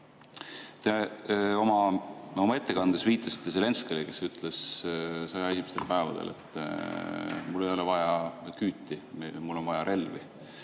oma ettekandes viitasite Zelenskõile, kes ütles sõja esimestel päevadel, et mul ei ole vaja küüti, mul on vaja relvi.